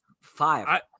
Five